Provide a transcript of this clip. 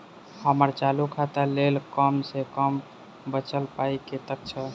हम्मर चालू खाता लेल कम सँ कम बचल पाइ कतेक छै?